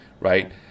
right